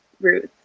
roots